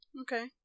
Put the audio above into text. Okay